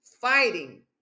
fighting